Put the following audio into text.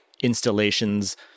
installations